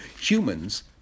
Humans